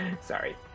Sorry